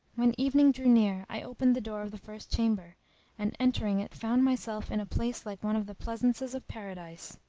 when evening drew near i opened the door of the first chamber and entering it found myself in a place like one of the pleasaunces of paradise.